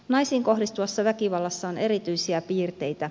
naisiin kohdistuvassa väkivallassa on erityisiä piirteitä